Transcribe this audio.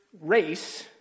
race